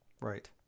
Right